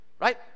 right